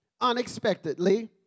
unexpectedly